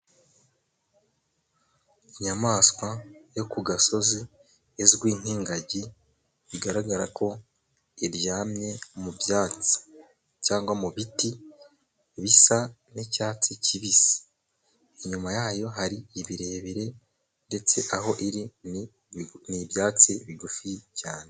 Inyamaswa yo ku gasozi izwi nk'ingagi. Bigaragara ko iryamye mu byatsi cyangwa mu biti bisa n'icyatsi kibisi. Inyuma yayo hari ibirebire, ndetse aho iri ni ibyatsi bigufi cyane.